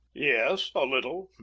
yes, a little.